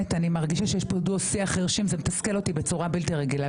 אני מרגישה שיש פה דו-שיח של חירשים וזה מתסכל אותי בצורה בלתי רגילה,